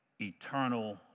eternal